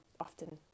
often